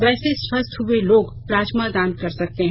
वैसे स्वस्थ हए लोग प्लाज्मा दान कर सकते हैं